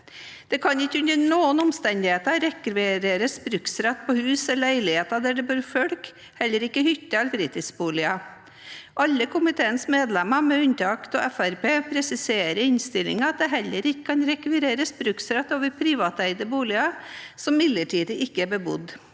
Det kan ikke under noen omstendigheter rekvireres bruksrett til hus og leiligheter der det bor folk, heller ikke hytter eller fritidsboliger. Alle komiteens medlemmer, med unntak av dem fra Fremskrittspartiet, presiserer i innstillingen at det heller ikke kan rekvireres bruksrett til privateide boliger som midlertidig ikke er bebodd.